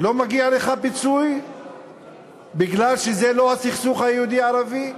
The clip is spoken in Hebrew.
לא מגיע לך פיצוי בגלל שזה לא הסכסוך היהודי ערבי?